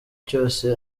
cyose